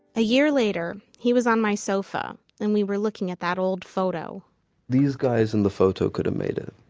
a year later he was on my sofa and we were looking at that old photo these guys in the photo could have made it